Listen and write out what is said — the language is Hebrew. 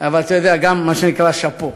אבל אתה יודע, מה שנקרא שאפו,